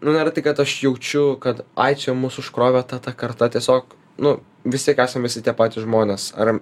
nu yra tai kad aš jaučiu kad ai čia mus užkrovė ta ta karta tiesiog nu vis tiek esam visi tie patys žmonės ar